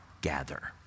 gather